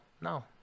No